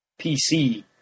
PC